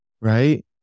Right